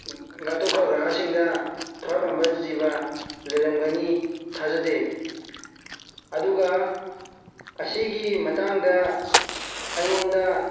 ꯑꯇꯣꯞꯄ ꯒ꯭ꯔꯍꯥꯁꯤꯡꯗ ꯊꯋꯥꯏ ꯄꯥꯟꯕ ꯖꯤꯕ ꯂꯩꯔꯝꯒꯅꯤ ꯊꯥꯖꯗꯦ ꯑꯗꯨꯒ ꯑꯁꯤꯒꯤ ꯃꯇꯥꯡꯗ ꯑꯩꯉꯣꯟꯗ